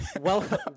welcome